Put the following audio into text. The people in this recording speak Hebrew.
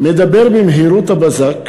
מדבר במהירות הבזק,